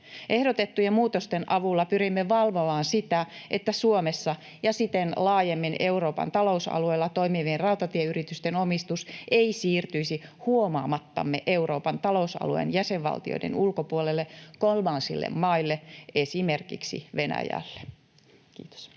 Ehdotettujen muutosten avulla pyrimme valvomaan sitä, että Suomessa ja siten laajemmin Euroopan talousalueella toimivien rautatieyritysten omistus ei siirtyisi huomaamattamme Euroopan talousalueen jäsenvaltioiden ulkopuolelle kolmansille maille, esimerkiksi Venäjälle. — Kiitos.